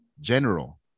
general